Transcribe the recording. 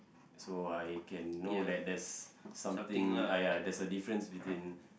so I can know that that's something ah ya there's a difference between